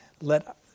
let